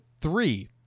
three